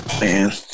Man